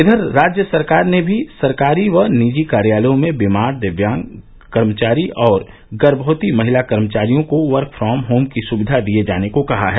इधर राज्य सरकार ने भी सरकारी व निजी कार्यालयों में बीमार दिव्यांग कर्मचारी और गर्मवती महिला कर्मचारियों को वर्क फ्रॉम होम की सुविधा दिये जाने को कहा है